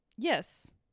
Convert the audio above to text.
Yes